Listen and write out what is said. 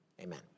Amen